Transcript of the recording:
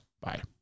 Bye